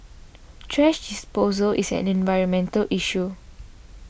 thrash disposal is an environmental issue